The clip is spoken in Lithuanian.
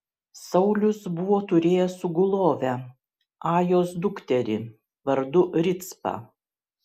saulius buvo turėjęs sugulovę ajos dukterį vardu ricpą